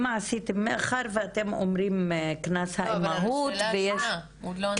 על השאלה השנייה הוא עוד לא ענה.